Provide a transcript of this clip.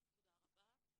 תודה רבה.